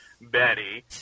Betty